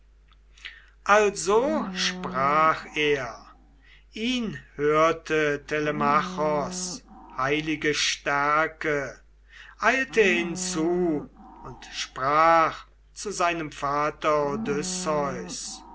also sprach er ihn hörte telemachos heilige stärke eilte hinzu und sprach zu seinem vater